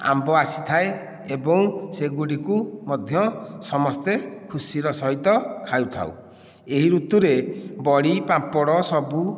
ଆମ୍ବ ଆସିଥାଏ ଏବଂ ସେଗୁଡ଼ିକୁ ମଧ୍ୟ ସମସ୍ତେ ଖୁସିର ସହିତ ଖାଇଥାଉ ଏହି ଋତୁରେ ବଡ଼ି ପାମ୍ପଡ଼ ସବୁ